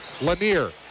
Lanier